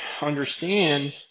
understand